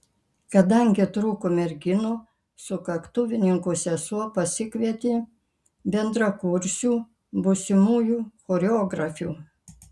kadangi trūko merginų sukaktuvininko sesuo pasikvietė bendrakursių būsimųjų choreografių